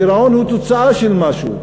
גירעון הוא תוצאה של משהו: